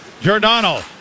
Giordano